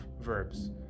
verbs